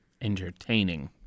entertaining